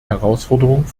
herausforderung